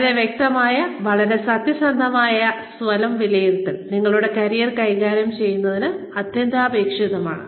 വളരെ വ്യക്തമായ വളരെ സത്യസന്ധമായ സ്വയം വിലയിരുത്തൽ ഒരാളുടെ കരിയർ കൈകാര്യം ചെയ്യുന്നതിന് അത്യന്താപേക്ഷിതമാണ്